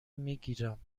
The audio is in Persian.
میگیرم